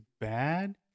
bad